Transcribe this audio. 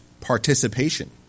participation